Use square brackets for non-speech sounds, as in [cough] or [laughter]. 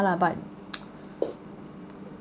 ya lah but [noise]